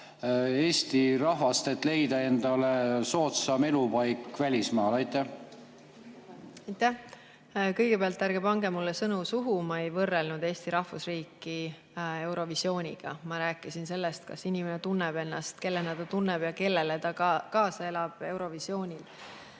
Eesti rahvast, et leida endale soodsam elupaik välismaal. Aitäh! Kõigepealt, ärge pange mulle sõnu suhu, ma ei võrrelnud Eesti rahvusriiki Eurovisiooniga. Ma rääkisin sellest, kellena inimene ennast tunneb ja kellele ta elab Eurovisioonil